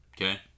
Okay